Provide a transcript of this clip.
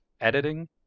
editing